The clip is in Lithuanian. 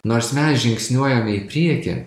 nors mes žingsniuojame į priekį